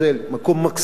מקום מקסים,